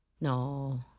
No